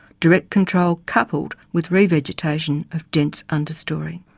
direct control coupled with revegetation of dense understorey.